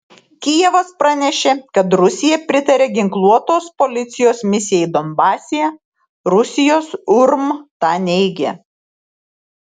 kijevas pranešė kad rusija pritarė ginkluotos policijos misijai donbase rusijos urm tą neigia